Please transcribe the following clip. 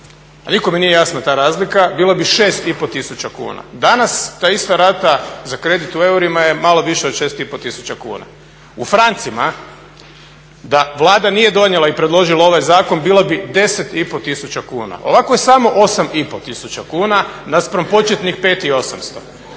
a nikome nije jasna ta razlika, bilo bi 6500 kuna. Danas ta ista rata za kredit u eurima je malo više od 6500 kuna. U francima da Vlada nije donijela i predložila ovaj zakon bila bi 10500 kuna. Ovako je samo 8500 kuna naspram početnih 5800.